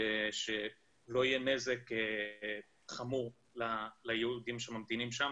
ושלא יהיה נזק חמור ליהודים שממתינים שם